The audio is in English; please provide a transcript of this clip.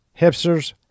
hipsters